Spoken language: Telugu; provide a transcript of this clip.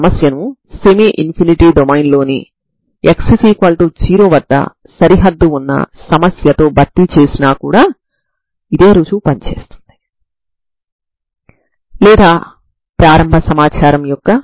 నేను డొమైన్ ను 0 నుండి L వరకు తీసుకున్నాను మరియు ప్రారంభ సమాచారం లేదా సరిహద్దు నియమాలుగా ux0f మరియు utx0g గా తీసుకున్నాను